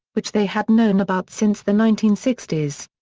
which they had known about since the nineteen sixty s.